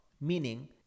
Meaning